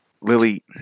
Lily